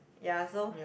ya so